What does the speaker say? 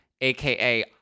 aka